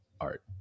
art